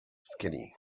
skinny